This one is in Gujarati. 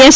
એસ